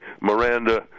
Miranda